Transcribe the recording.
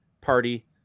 party